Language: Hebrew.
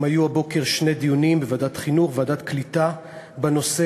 היו הבוקר גם שני דיונים בוועדת החינוך ובוועדת הקליטה בנושא.